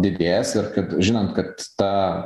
didės ir kad žinant kad ta